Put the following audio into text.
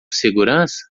segurança